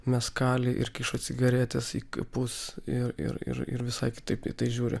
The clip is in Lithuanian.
meskali ir kiša cigaretes į kapus ir ir ir ir visai kitaip į tai žiūri